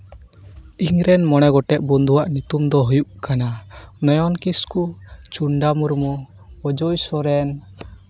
ᱤᱧᱨᱮᱱ ᱢᱚᱬᱮ ᱜᱚᱴᱮᱱ ᱵᱚᱱᱫᱷᱩ ᱟᱜ ᱧᱩᱛᱩᱢ ᱫᱚ ᱦᱩᱭᱩᱜ ᱠᱟᱱᱟ ᱱᱚᱭᱚᱱ ᱠᱤᱥᱠᱩ ᱪᱩᱱᱰᱟ ᱢᱩᱨᱢᱩ ᱚᱡᱚᱭ ᱥᱚᱨᱮᱱ